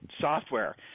software